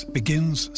begins